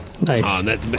Nice